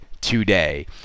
today